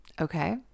Okay